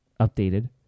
updated